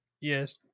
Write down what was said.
Yes